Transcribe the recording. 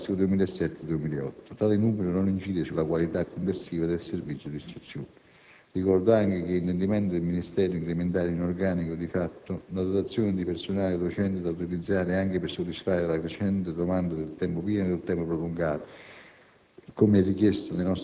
per l'anno scolastico 2007-2008. Tale numero non incide sulla qualità complessiva del servizio d'istruzione. Ricordo anche che è intendimento del Ministero incrementare in organico di fatto la dotazione di personale docente da utilizzare anche per soddisfare la crescente domanda del tempo pieno e del tempo prolungato